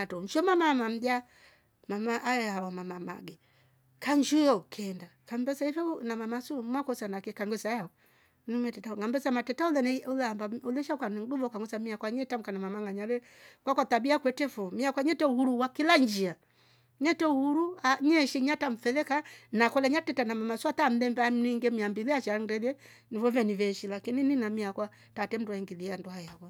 atro nshio mama ama mlya aheaawa mama mage kanshio kamvesa su na mama su mwakosiana ki kangvesa au ini metreta matreta olenei- uleneaamba ulesha ukaniduva mmi akwa anetrambuka namama ang'anya le kwakwa trabia yo kwetre fo mmiakwa etre uhuru wa kila nshia netre uhuru neeshi natya mfele kaa na kolya alitreta na mama so hatra amlemba amniinge miambili ashe andelie nivo veni veeshi lakin ini na mmi akwa trutrakundi mndu aingiliehandu hae hava